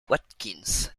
watkins